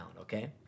okay